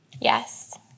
Yes